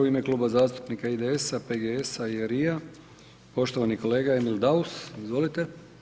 U ime Kluba zastupnika IDS-a, PGS-a i LRI-a poštovani kolega Emil Daus, izvolite.